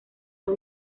los